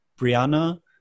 Brianna